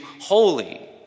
holy